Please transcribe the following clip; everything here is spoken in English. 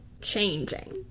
changing